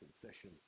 confession